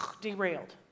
derailed